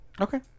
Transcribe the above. Okay